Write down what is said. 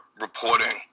reporting